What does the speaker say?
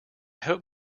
hope